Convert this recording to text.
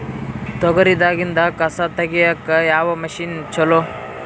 ತೊಗರಿ ದಾಗಿಂದ ಕಸಾ ತಗಿಯಕ ಯಾವ ಮಷಿನ್ ಚಲೋ?